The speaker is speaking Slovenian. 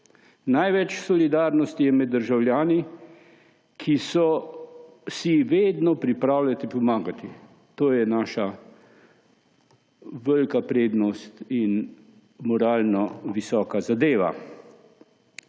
Največ solidarnosti je med državljani, ki so si vedno pripravljeni pomagati. To je naša velika prednost in moralno visoka zadeva.